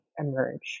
emerge